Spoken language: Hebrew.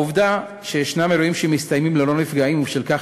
העובדה שיש אירועים שמסתיימים ללא נפגעים ובשל כך